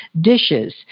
dishes